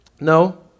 No